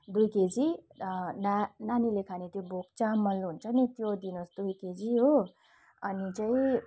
दुई केजी ना नानीहरूले खाने त्यो भोग चामल हुन्छ नि त्यो दिनुहोस् दुई केजी हो अनि चाहिँ